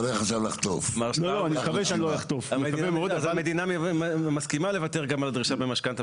אז המדינה מוכנה לוותר גם על דרישה במשכנתא